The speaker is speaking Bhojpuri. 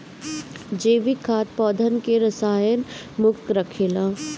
जैविक खाद पौधन के रसायन मुक्त रखेला